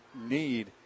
need